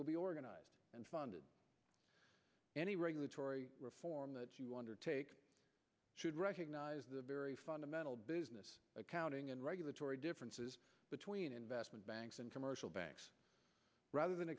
will be organized and funded any regulatory reform that you undertake should recognize the very fundamental business accounting and regulatory differences between investment banks and commercial banks rather than